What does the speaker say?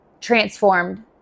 transformed